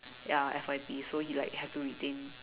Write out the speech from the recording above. ya F_Y_P so he like have to like retain